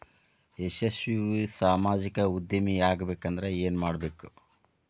ಯಶಸ್ವಿ ಸಾಮಾಜಿಕ ಉದ್ಯಮಿಯಾಗಬೇಕಂದ್ರ ಏನ್ ಮಾಡ್ಬೇಕ